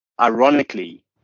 Ironically